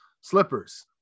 slippers